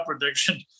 prediction